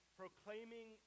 proclaiming